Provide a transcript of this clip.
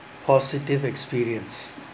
positive experience